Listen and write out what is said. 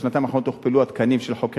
בשנתיים האחרונות הוכפלו התקנים של חוקרי